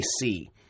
see